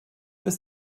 bis